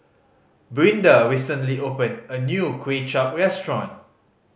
Brinda recently opened a new Kuay Chap restaurant